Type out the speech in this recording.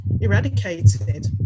eradicated